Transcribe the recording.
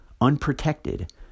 unprotected